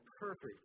perfect